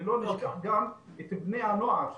וגם את בני הנוער,